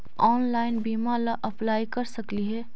Online बीमा ला apply कर सकली हे?